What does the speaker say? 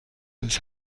des